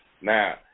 now